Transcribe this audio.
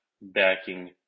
backing